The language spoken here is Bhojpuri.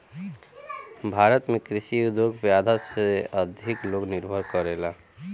भारत में कृषि उद्योग पे आधा से अधिक लोग निर्भर करेला